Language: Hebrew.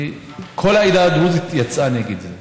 כל העדה הדרוזית יצאה נגד זה.